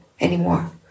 anymore